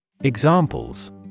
Examples